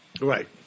Right